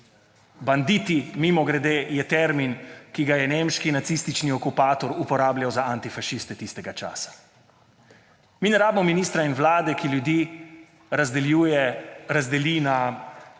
Banditi, mimogrede, je tęrmin, ki ga je nemški nacistični okupator uporabljal za antifašiste tistega časa. Mi ne rabimo ministra in vlade, ki ljudi razdeli na